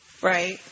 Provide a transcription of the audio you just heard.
Right